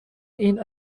این